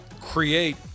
create